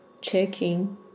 checking